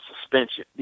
suspension